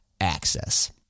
Access